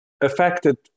affected